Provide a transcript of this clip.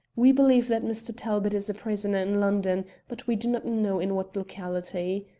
we believe that mr. talbot is a prisoner in london, but we do not know in what locality.